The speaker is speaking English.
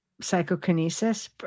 Psychokinesis